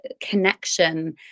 connection